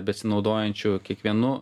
besinaudojančių kiekvienu